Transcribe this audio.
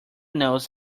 knows